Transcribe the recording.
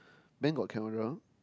Ben got camera